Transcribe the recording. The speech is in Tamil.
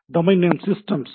domain name systems